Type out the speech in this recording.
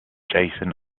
jason